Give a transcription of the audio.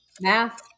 Math